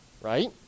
right